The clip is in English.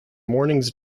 mornings